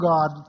God